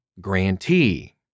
grantee